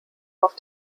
auf